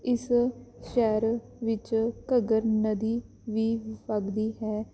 ਇਸ ਸ਼ਹਿਰ ਵਿੱਚ ਘੱਗਰ ਨਦੀ ਵੀ ਵਗਦੀ ਹੈ